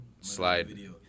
slide